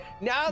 now